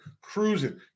Cruising